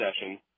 session